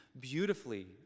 beautifully